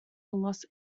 los